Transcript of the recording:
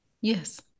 Yes